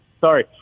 Sorry